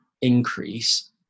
increase